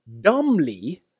Dumbly